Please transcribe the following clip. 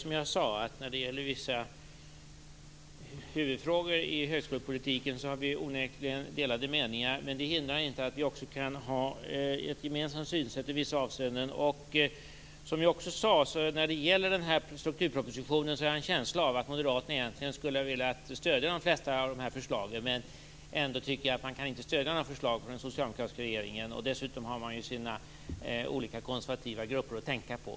Fru talman! När det gäller vissa huvudfrågor i högskolepolitiken har vi, som jag sade, onekligen delade meningar. Men det hindrar inte att vi kan ha ett gemensamt synsätt i vissa avseenden. Jag har också en känsla av att Moderaterna egentligen skulle vilja stödja de flesta av förslagen i den här strukturpropositionen men tycker att de inte kan stödja förslag från den socialdemokratiska regeringen. Dessutom har de sina olika konservativa grupper att tänka på.